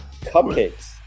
Cupcakes